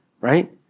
right